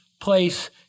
place